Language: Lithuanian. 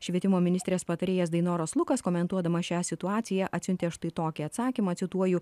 švietimo ministrės patarėjas dainoras lukas komentuodamas šią situaciją atsiuntė štai tokį atsakymą cituoju